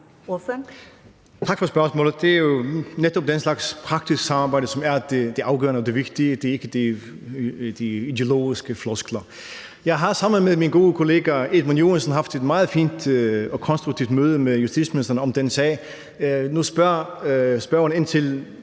Tak for spørgsmålet. Det er jo netop den slags praktisk samarbejde, som er det afgørende og det vigtige; det er ikke de ideologiske floskler. Jeg har sammen med min gode kollega Edmund Joensen haft et meget fint og konstruktivt møde med justitsministeren om den sag. Nu spørger spørgeren ind til,